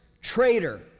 traitor